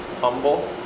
Humble